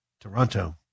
Toronto